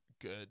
good